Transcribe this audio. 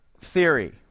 Theory